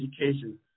education